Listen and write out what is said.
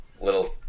little